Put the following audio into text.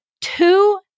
two